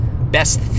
best